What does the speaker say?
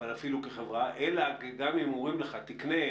אבל אפילו כחברה אלא גם אם אומרים לך לקנות